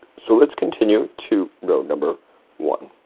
so let's continue to row number one.